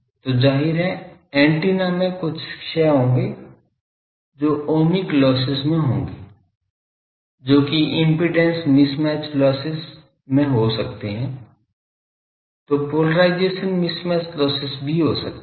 तो जाहिर है एंटीना में कुछ क्षय होंगे जो ओमिक लॉसेस में होंगे जो कि इम्पीडेन्स मिसमैच लॉसेस में हो सकते हैं जो पोलराइज़शन मिसमैच लॉसेस भी हो सकते हैं